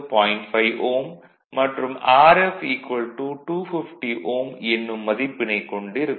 5 Ω மற்றும் Rf 250 Ω என்னும் மதிப்பினைக் கொண்டு இருக்கும்